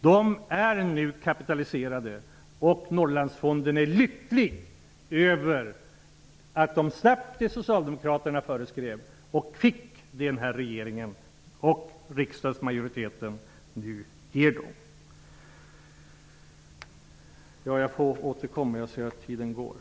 Det finns nu kapital, och i Norrland är man lycklig över att man slapp det som Socialdemokraterna föreskrev och i stället fick det som den här regeringen och riksdagsmajoriteten nu ger. Jag ser att tiden går. Därför får jag återkomma. Tack!